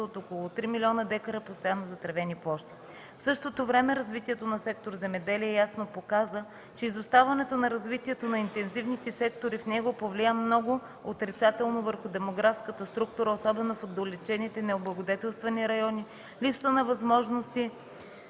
от около 3 млн. дка постоянно затревени площи. В същото време развитието на сектор „Земеделие” ясно показва, че изоставането на развитието на интензивните сектори в него повлия много отрицателно върху демографската структура, особено в отдалечените необлагодетелствани райони, липса на възможности